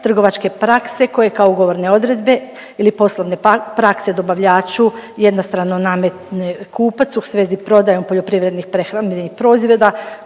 trgovačke prakse koje kao ugovorne odredbe ili poslovne prakse dobavljaču jednostrano nametne kupac u svezi prodaje poljoprivrednih prehrambenih proizvoda,